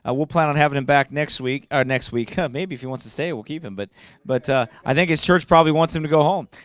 ah we'll plan on having him back next week next week maybe if he wants to stay it will keep him. but but i think his church probably wants him to go home,